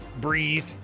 breathe